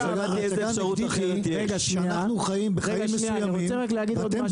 --- הנגדית היא שאנחנו חיים בחיים מסוימים ואתם